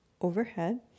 overhead